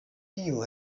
tiu